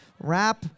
rap